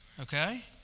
Okay